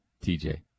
TJ